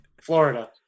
Florida